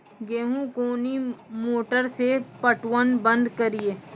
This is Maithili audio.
गेहूँ कोनी मोटर से पटवन बंद करिए?